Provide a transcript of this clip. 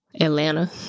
Atlanta